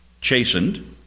chastened